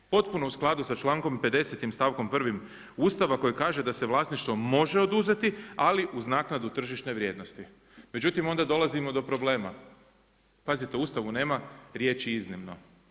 Potpuno u skladu sa člankom 50. stavkom 1. Ustava koji kaže da se „vlasništvo može oduzeti, ali uz naknadu tržišne vrijednosti.“ Međutim onda dolazimo do problema. pazite, u Ustavu nema riječi „iznimno“